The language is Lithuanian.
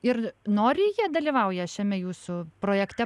ir noriai jie dalyvauja šiame jūsų projekte